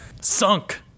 Sunk